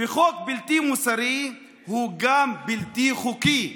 וחוק בלתי מוסרי הוא גם בלתי חוקי.